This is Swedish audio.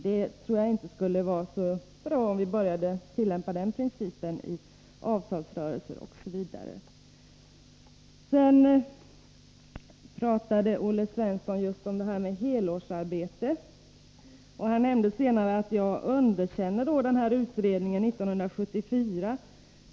Jag tror inte att det skulle vara så bra om vi började tillämpa den principen i avtalsrörelser osv. Olle Svensson talade också om helårsarbete. Han sade att jag underkände utredningen från 1974.